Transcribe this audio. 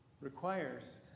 requires